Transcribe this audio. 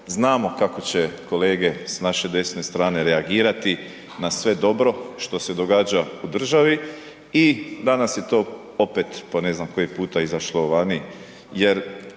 Znamo kako će kolege s naše desne strane reagirati na sve dobro što se događa u državi i danas je to opet po ne znam koji puta izašlo vani,